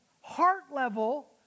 heart-level